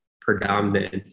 predominant